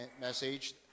message